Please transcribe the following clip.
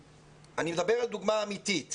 אני מדבר על דוגמה אמיתית